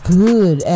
good